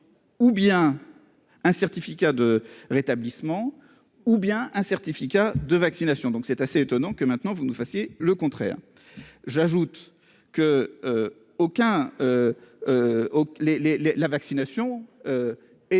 ou bien un certificat de rétablissement ou bien un certificat de vaccination, donc c'est assez étonnant que maintenant vous nous fassiez le contraire, j'ajoute que aucun les,